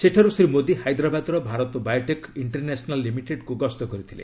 ସେଠାରୁ ଶ୍ରୀ ମୋଦୀ ହାଇଦ୍ରାବାଦ୍ର Bharat Biotech International ଲିମିଟେଡ୍କୁ ଗସ୍ତ କରିଥିଲେ